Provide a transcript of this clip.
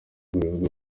bivuga